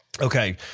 Okay